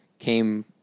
came